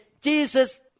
Jesus